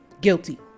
guilty